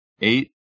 Eight